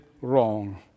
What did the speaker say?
wrong